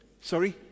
Sorry